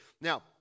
Now